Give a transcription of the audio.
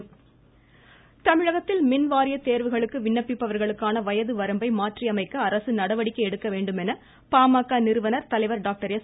ராமதாஸ் தமிழகத்தில் மின் வாரிய தேர்வுகளுக்கு விண்ணப்பிப்பவர்களுக்கான வயது வரம்பை மாற்றி அமைக்க அரசு நடவடிக்கை எடுக்க வேண்டுமென பாமக நிறுவனர் தலைவர் டாக்டர் எஸ்